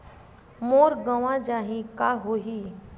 मोर गंवा जाहि का होही?